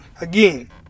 again